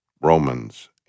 romans